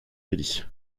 délit